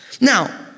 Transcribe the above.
Now